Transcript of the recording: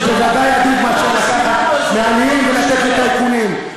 זה בוודאי עדיף מאשר לקחת מעניים ולתת לטייקונים.